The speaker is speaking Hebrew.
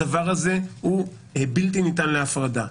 הדבר הזה הוא בלתי ניתן להפרדה.